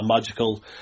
magical